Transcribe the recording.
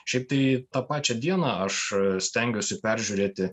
šiaip tai tą pačią dieną aš stengiuosi peržiūrėti